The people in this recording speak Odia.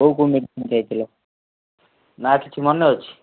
କୋଉ କୋଉ ମେଡିସିନ୍ ଖାଇଥିଲେ ନାଁ କିଛି ମନେ ଅଛି